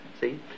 See